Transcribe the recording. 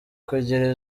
kugira